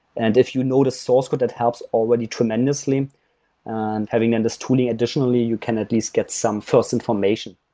and if you know the source code that helps already tremendously and having then this tooling, additionally, you can at least get some first information.